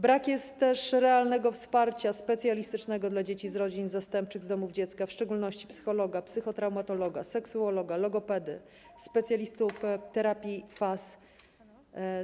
Brak jest też realnego wsparcia specjalistycznego dla dzieci z rodzin zastępczych, z domów dziecka, w szczególności wsparcia psychologa, psychotraumatologa, seksuologa, logopedy, specjalistów terapii FAS.